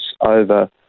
over